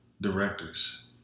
directors